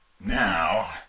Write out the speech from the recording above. Now